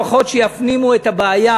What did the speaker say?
לפחות שיפנימו את הבעיה,